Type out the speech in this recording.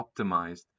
optimized